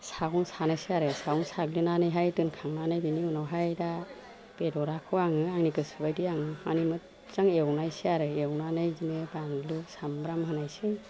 सागं सानोसै आरो सागं साग्लिनानैहाय दोनखांनानै बेनि उनावहाय दा बेदराखौ आङो आंनि गोसोबायदि आं मानि मोदजां एवनायसै आरो एवनानै बिदिनो बान्लु सामब्राम होनायसै